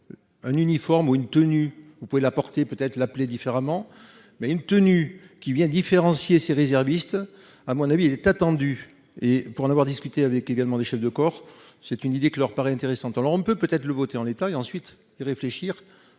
Un uniforme ou une tenue. Vous pouvez l'apporter peut-être l'appeler différemment mais une tenue qui vient différencier ces réservistes à mon avis il est attendu et pour en avoir discuté avec également des chefs de corps. C'est une idée que leur paraît intéressante. Alors on peut peut-être le voter en l'état et ensuite y réfléchir